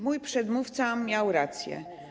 Mój przedmówca miał rację.